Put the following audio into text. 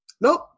Nope